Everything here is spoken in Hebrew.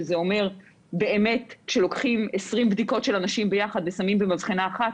וזה אומר שכאשר לוקחים 20 בדיקות של אנשים ביחד ושמים במבחנה אחת,